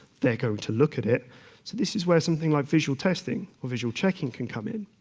they're going to look at it, so this is where something like visual testing or visual checking can come in.